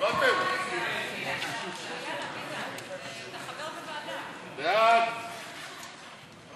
חוק הפיקוח על שירותים פיננסיים (שירותים פיננסיים מוסדרים) (תיקון מס'